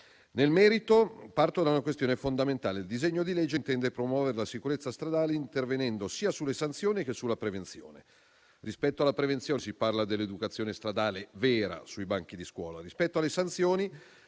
Nel merito, parto da una questione fondamentale: il disegno di legge intende promuovere la sicurezza stradale intervenendo sia sulle sanzioni che sulla prevenzione. A quest'ultimo riguardo, si parla dell'educazione stradale vera sui banchi di scuola. Rispetto alle sanzioni,